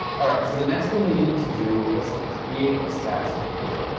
alright, so the next thing we needed to do was to create the stats page.